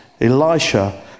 Elisha